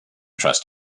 trust